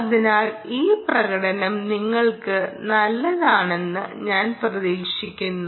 അതിനാൽ ഈ പ്രകടനം നിങ്ങൾക്ക് നല്ലതാണെന്ന് ഞാൻ പ്രതീക്ഷിക്കുന്നു